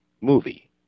movie